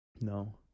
No